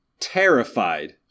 terrified